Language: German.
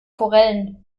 forellen